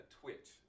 twitch